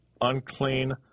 unclean